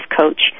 coach